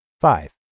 Five